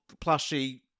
plushy